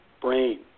brain